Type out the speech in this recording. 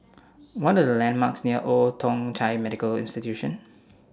What Are The landmarks near Old Thong Chai Medical Institution